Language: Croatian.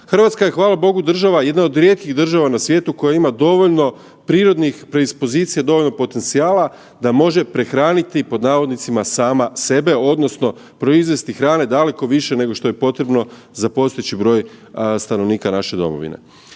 Hrvatska je hvala Bogu država, jedna od rijetkih država na svijetu koja ima dovoljno prirodnih predispozicija dovoljno potencijala da može prehraniti pod navodnicima sama sebe, odnosno proizvesti hrane daleko više nego što je potrebno za postojeći broj stanovnika naše domovine.